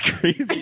crazy